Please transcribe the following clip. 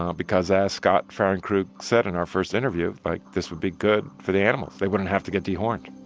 um because, as scott fahrenkrug said in our first interview like, this would be good for the animals. they wouldn't have to get dehorned.